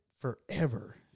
forever